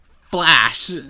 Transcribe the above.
flash